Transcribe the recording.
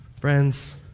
Friends